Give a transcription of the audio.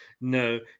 No